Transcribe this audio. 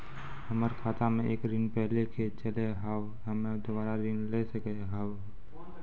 हमर खाता मे एक ऋण पहले के चले हाव हम्मे दोबारा ऋण ले सके हाव हे?